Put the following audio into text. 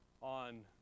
on